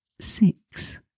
Six